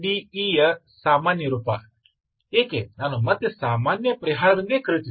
E ನ ಸಾಮಾನ್ಯ ರೂಪ ಏಕೆ ನಾನು ಮತ್ತೆ ಸಾಮಾನ್ಯ ಪರಿಹಾರವೆಂದು ಕರೆಯುತ್ತಿದ್ದೇನೆ